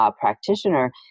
practitioner